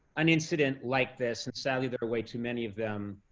an incident like this and sadly, there are way too many of them,